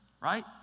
right